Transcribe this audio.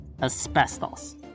asbestos